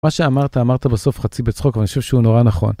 מה שאמרת אמרת בסוף חצי בצחוק ואני חושב שהוא נורא נכון.